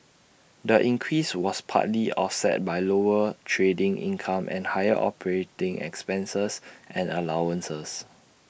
the increase was partly offset by lower trading income and higher operating expenses and allowances